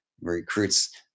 recruits